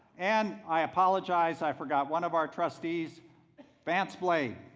and i apologize i forgot one of our trustees vance flay.